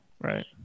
right